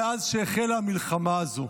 מאז שהחלה המלחמה הזו.